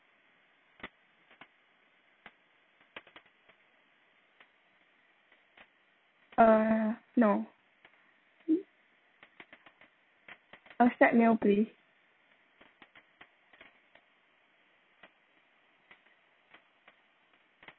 uh no a set meal please